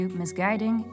misguiding